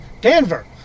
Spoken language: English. Denver